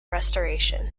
restoration